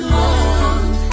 love